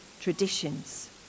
traditions